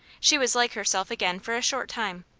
she was like herself again for a short time,